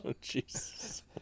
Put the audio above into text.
Jesus